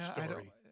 story